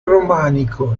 romanico